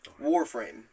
Warframe